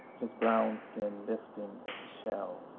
his brown skin lifting as a shell.